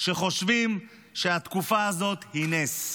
שחושבים שהתקופה הזאת היא נס.